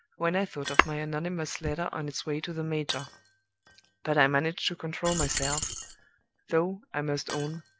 when i thought of my anonymous letter on its way to the major but i managed to control myself though, i must own,